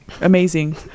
Amazing